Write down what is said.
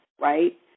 right